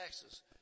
taxes